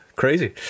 crazy